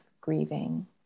grieving